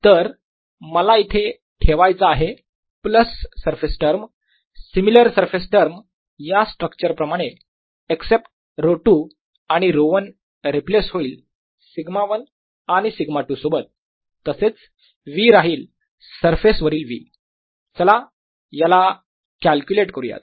तर मला इथं ठेवायचा आहे plus surface term similar surface term या स्ट्रक्चर प्रमाणे एक्सेप्ट ρ2 आणि ρ1 रिप्लेस होईल σ1 आणि σ2 सोबत तसेच V राहील सरफेस वरील v चला याला कॅल्क्युलेट करूयात